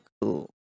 cool